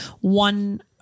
one